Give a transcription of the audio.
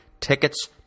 tickets